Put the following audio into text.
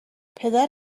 پدر